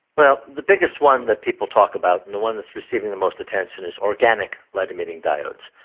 well, the biggest one that people talk about and the one that is receiving the most attention is organic light emitting diodes.